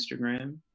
Instagram